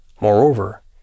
Moreover